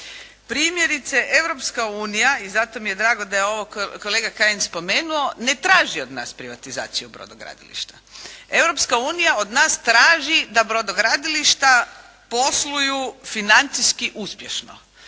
Primjerice Europska Unija, i zato mi je drago da je ovo kolega Kajin spomenuo, ne traži od nas privatizaciju brodogradilišta. Europska Unija od nas traži da brodogradilišta posluju financijski uspješno